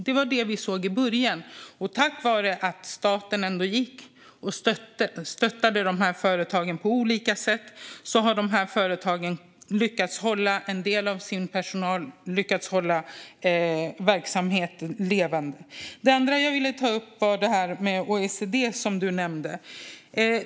Det var det vi såg i början, och tack vare att staten ändå stöttade de här företagen på olika sätt har de lyckats behålla en del av sin personal och hålla sin verksamhet levande. Det andra jag ville ta upp var det här med OECD som du nämnde.